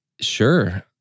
sure